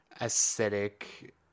aesthetic